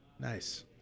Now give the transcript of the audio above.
Nice